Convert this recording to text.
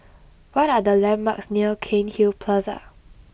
what are the landmarks near Cairnhill Plaza